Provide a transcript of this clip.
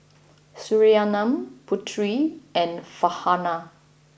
Surinam Putri and Farhanah